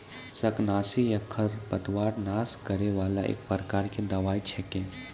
शाकनाशी या खरपतवार नाश करै वाला एक प्रकार के दवाई छेकै